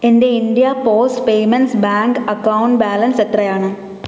എന്റെ India post payments bank account balance എത്രയാണ്